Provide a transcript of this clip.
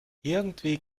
irgendwie